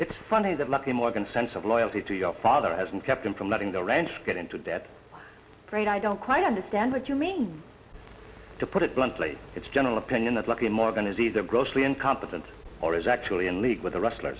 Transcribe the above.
it's funny that lucky morgan sense of loyalty to your father hasn't kept him from letting the ranch get into that great i don't quite understand what you mean to put it bluntly it's general opinion that looking morgan is either grossly incompetent or is actually in league with the wrestler